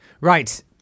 right